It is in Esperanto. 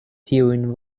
tiujn